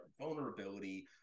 vulnerability